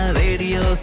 radio